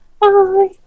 Bye